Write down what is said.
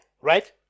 Right